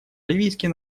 ливийский